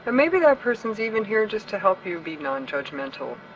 and maybe that person is even here just to help you be non-judgmental.